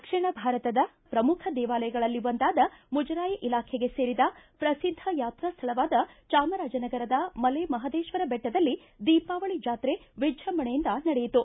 ದಕ್ಷಿಣ ಭಾರತದ ಪ್ರಮುಖ ದೇವಾಲಯಗಳಲ್ಲಿ ಒಂದಾದ ಮುಜರಾಯಿ ಇಲಾಖೆಗೆ ಸೇರಿದ ಪ್ರಸಿದ್ದ ಯಾತ್ರಾ ಸ್ಥಳವಾದ ಚಾಮರಾಜನಗರದ ಮಲೆ ಮಹದೇಶ್ವರ ಬೆಟ್ಟದಲ್ಲಿ ದೀಪಾವಳಿ ಜಾತ್ರೆ ವಿಜೃಂಭಣೆಯಿಂದ ನಿನ್ನೆ ನಡೆಯಿತು